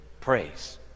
praise